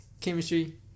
Chemistry